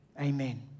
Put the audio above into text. amen